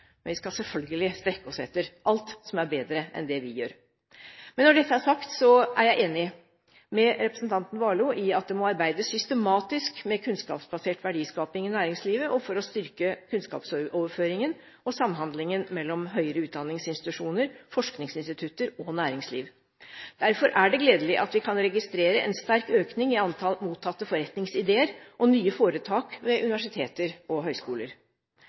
Men vi skal selvfølgelig strekke oss etter alt som er bedre enn det vi gjør. Når dette er sagt, er jeg enig med representanten Warloe i at det må arbeides systematisk med kunnskapsbasert verdiskaping i næringslivet og for å styrke kunnskapsoverføringen og samhandlingen mellom høyere utdanningsinstitusjoner, forskningsinstitutter og næringsliv. Derfor er det gledelig at vi kan registrere en sterk økning i antall mottatte forretningsideer og nye foretak ved universiteter og